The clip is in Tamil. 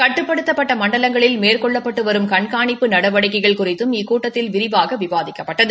கட்டுப்படுத்தப்பட்ட மண்டவங்களில் மேற்கொள்ளப்பட்டு வரும் கண்காணிப்பு நடவடிக்கைகள் குறித்தும் இக்கூட்டத்தில் விரிவாக விவாதிக்கப்பட்டது